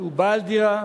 הוא בעל דירה,